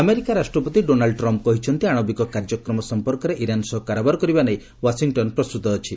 Trump America ରାଷ୍ଟ୍ରପତି Donald Trump କହିଛନ୍ତି ଆଣବିକ କାର୍ଯ୍ୟକ୍ରମ ସମ୍ପର୍କରେ ଇରାନ୍ ସହ କାରବାର କରିବା ନେଇ ୱାଶିଂଟନ୍ ପ୍ରସ୍ତତ ଅଛି